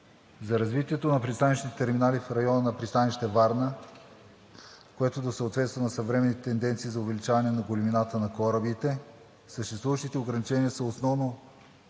За развитието на пристанищните терминали в района на пристанище „Варна“, което да съответства на съвременните тенденции за увеличаване на големината на корабите, съществуващите ограничения са основно